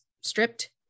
stripped